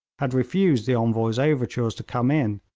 had refused the envoy's overtures to come in,